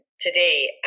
today